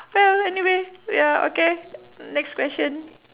well anyway ya okay next question